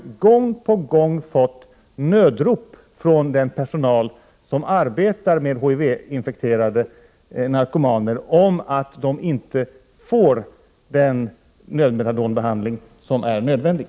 Vi har ju gång på gång fått nödrop från den personal som arbetar med HIV-infekterade narkomaner om att de inte får den nödmetadonbehandling som är nödvändig.